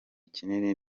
kinini